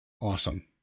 Awesome